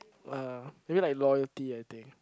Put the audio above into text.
uh maybe like loyalty I think